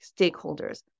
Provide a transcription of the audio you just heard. stakeholders